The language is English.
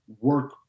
work